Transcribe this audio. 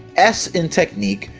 s in technique,